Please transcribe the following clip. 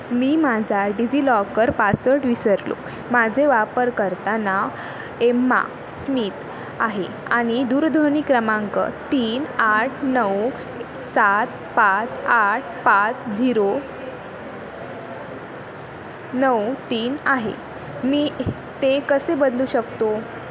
मी माझा DigiLocker password विसरलो माझे वापरकर्ता नाव एम्मा स्मित आहे आणि दूरध्वनी क्रमांक तीन आठ नऊ सात पाच आठ पाच झिरो नऊ तीन आहे मी ते कसे बदलू शकतो